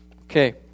Okay